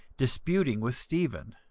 disputing with stephen.